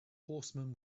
horseman